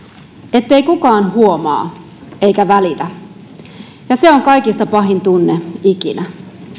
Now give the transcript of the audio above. ettei kukaan huomaa eikä välitä ja se on kaikista pahin tunne ikinä